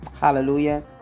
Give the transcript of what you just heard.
Hallelujah